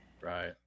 Right